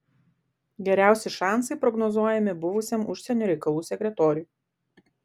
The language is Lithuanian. geriausi šansai prognozuojami buvusiam užsienio reikalų sekretoriui